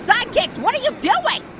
sidekicks, what are you doing? like